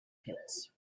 pits